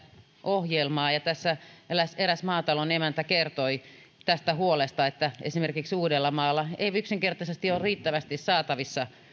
ohjelmaa ja siinä eräs maatalon emäntä kertoi tästä huolesta että esimerkiksi uudellamaalla ei yksinkertaisesti ole riittävästi saatavissa